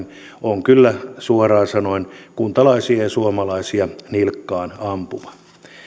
on kyllä suoraan sanoen kuntalaisia ja suomalaisia nilkkaan ampuva